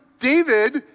David